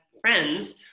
friends